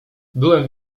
byłem